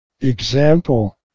Example